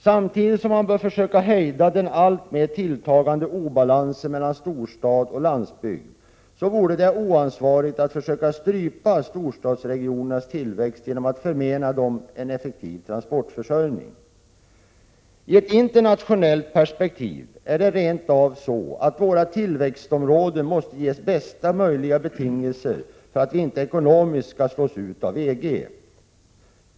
Samtidigt som man bör försöka hejda den alltmer tilltagande obalansen mellan storstad och landsbygd vore det oansvarigt att försöka strypa storstadsregionernas tillväxt genom att förmena dem en effektiv transportförsörjning. I ett internationellt perspektiv är det rent av så att våra tillväxtområden måste ges bästa möjliga betingelser för att vi inte ekonomiskt skall slås ut av EG.